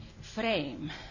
frame